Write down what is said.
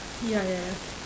ya ya ya